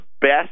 best